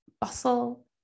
Bustle